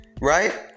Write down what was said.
right